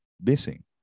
missing